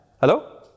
Hello